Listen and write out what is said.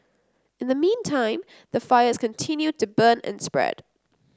in the meantime the fires continue to burn and spread